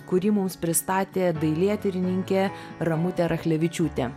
kurį mums pristatė dailėtyrininkė ramutė rachlevičiūtė